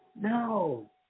no